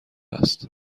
است